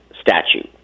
statute